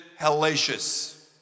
hellacious